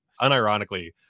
unironically